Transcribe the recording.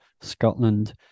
scotland